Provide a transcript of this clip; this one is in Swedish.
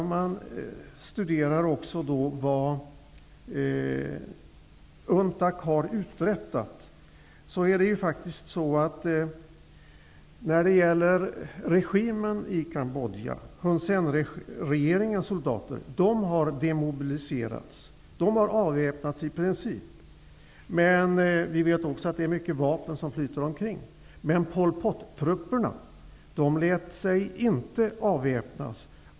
Om man studerar vad UNTAC har uträttat, finner man att den cambodjanska regimens, dvs. Hun Sen-regeringens, soldater har demobiliserats och i princip avväpnats, även om mycket vapen flyter omkring, medan däremot Pol Pot-trupperna inte lät sig avväpnas.